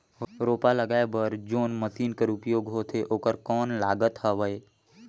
रोपा लगाय बर जोन मशीन कर उपयोग होथे ओकर कौन लागत हवय?